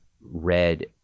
red